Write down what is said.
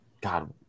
God